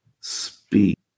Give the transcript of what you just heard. speak